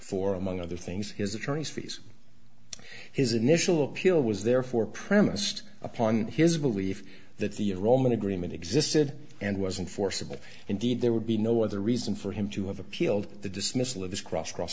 for among other things his attorney's fees his initial appeal was therefore premised upon his belief that the wrong agreement existed and wasn't forcible indeed there would be no other reason for him to have appealed the dismissal of his cross cross